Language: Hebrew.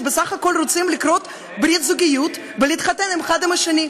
שבסך הכול רוצים לכרות ברית זוגיות ולהתחתן האחד עם השני.